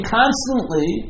constantly